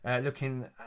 looking